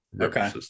Okay